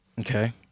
Okay